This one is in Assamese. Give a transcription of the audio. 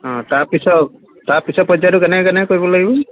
অঁ তাৰ পিছৰ তাৰ পিছৰ পৰ্যায়টো কেনেকে কেনেকে কৰিব লাগিব